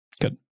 Good